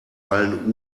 allen